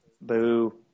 Boo